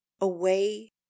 away